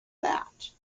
that